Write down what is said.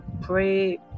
pray